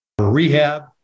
rehab